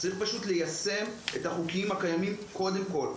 צריך פשוט ליישם את החוקים הקיימים קודם כל.